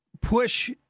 push